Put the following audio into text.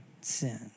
sin